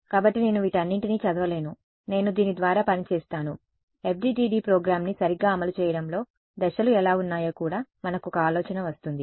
కాబట్టి నేను వీటన్నింటిని చదవలేను నేను దీని ద్వారా పని చేస్తాను FDTD ప్రోగ్రామ్ని సరిగ్గా అమలు చేయడంలో దశలు ఎలా ఉన్నాయో కూడా మనకు ఒక ఆలోచన వస్తుంది